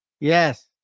Yes